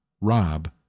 rob